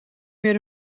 meer